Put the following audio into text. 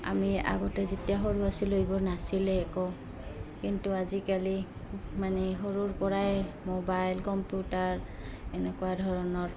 আমি আগতে যেতিয়া সৰু আছিলো এইবোৰ নাছিলে একো কিন্তু আজিকালি মানে সৰুৰ পৰাই মোবাইল কম্পিউটাৰ এনেকুৱা ধৰণৰ